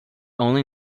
only